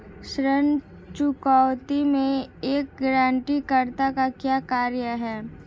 ऋण चुकौती में एक गारंटीकर्ता का क्या कार्य है?